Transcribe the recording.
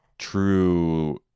true